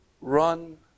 run